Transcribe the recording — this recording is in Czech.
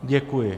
Děkuji.